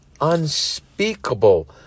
unspeakable